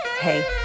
hey